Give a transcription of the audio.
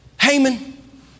Haman